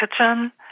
Kitchen